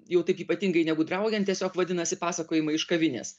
jau taip ypatingai negudraujant tiesiog vadinasi pasakojimai iš kavinės